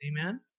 Amen